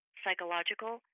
psychological